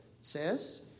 says